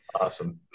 awesome